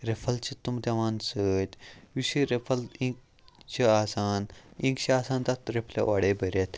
rifle چھِ تِم دِوان سۭتۍ یُس یہِ رِفَل اِنٛک چھِ آسان اِنٛک چھِ آسان تَتھ رِفلہِ اورَے بٔرِتھ